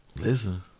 Listen